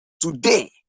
today